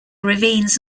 ravines